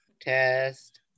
test